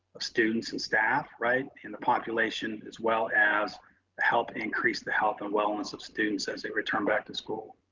of students and staff, right, and the population as well as help increase the health and wellness of students as they return back to school.